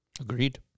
Agreed